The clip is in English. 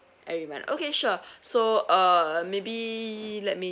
every month okay sure so uh maybe let me